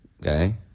Okay